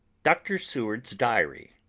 dr. seward's diary.